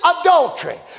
adultery